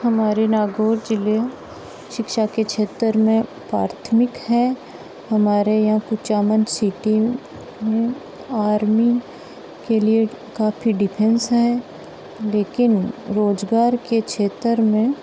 हमारे नागौर ज़िले शिक्षा के क्षेत्र में प्राथमिक हैं हमारे यहाँ तो चामन सिटी में आर्मी के लिए काफ़ी डिफेन्स हैं लेकिन रोज़गार के क्षेत्र में